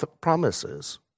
promises